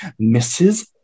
Mrs